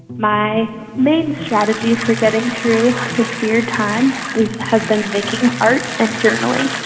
my main strategy for getting through this weird time has been making art and journaling.